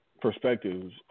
perspectives